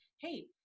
hey